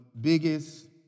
biggest